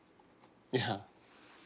yeah